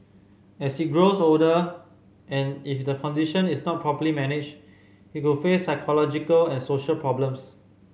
as he grows older and if the condition is not properly managed he could face psychological and social problems